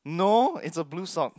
no is a blue song